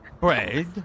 bread